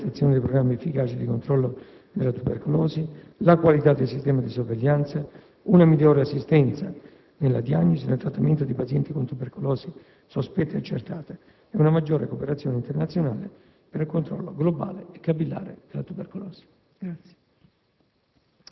l'implementazione di programmi efficaci di controllo della tubercolosi, la qualità del sistema di sorveglianza, una migliore assistenza nella diagnosi e nel trattamento di pazienti con tubercolosi sospetta e accertata, e una maggiore cooperazione internazionale per un controllo globale e capillare della tubercolosi.